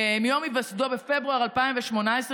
מיום היווסדו בפברואר 2018,